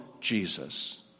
Jesus